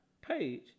page